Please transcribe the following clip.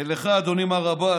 ולך, אדוני מר עבאס,